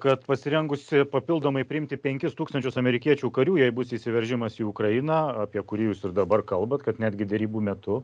kad pasirengusi papildomai priimti penkis tūkstančius amerikiečių karių jei bus įsiveržimas į ukrainą apie kurį jūs ir dabar kalbat kad netgi derybų metu